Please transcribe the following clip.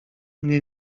mnie